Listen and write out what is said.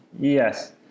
Yes